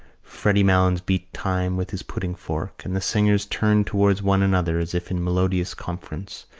freddy malins beat time with his pudding-fork and the singers turned towards one another, as if in melodious conference,